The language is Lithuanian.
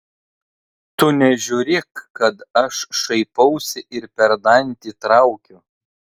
tu nežiūrėk kad aš šaipausi ir per dantį traukiu